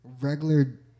regular